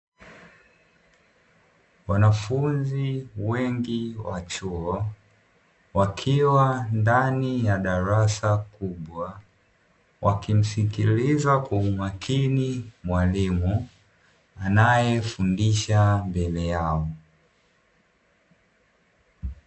Wanafunzi wengi wa chuo, wakiwa ndani ya darasa kubwa wakimsikiliza kwa umakini mwalimu anayefundisha mbele yao.